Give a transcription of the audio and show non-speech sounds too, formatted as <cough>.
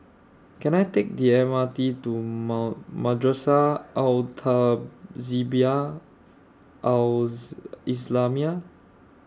Can I Take The M R T to Ma Madrasah Al Tahzibiah Al <unintelligible> Islamiah